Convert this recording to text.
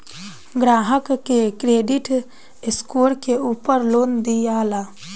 ग्राहक के credit score के उपर लोन दियाला